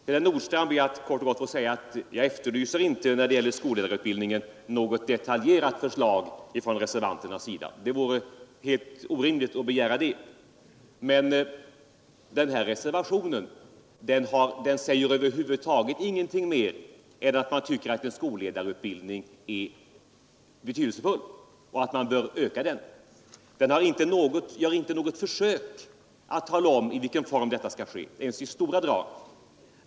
Till herr Nordstrandh vill jag kort och gott säga att beträffande skolledarutbildningen efterlyser jag inte något detaljerat förslag från reservanternas sida. Det vore helt orimligt. Men den här reservationen säger över huvud taget ingenting mer än att man tycker att en skolledarutbildning är betydelsefull och att man bör utöka den. Reservationen gör inte något försök att tala om ens i stora drag hur detta skall ske.